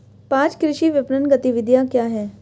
पाँच कृषि विपणन गतिविधियाँ क्या हैं?